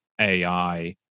AI